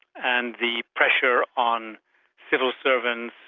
and the pressure on civil servants,